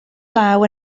law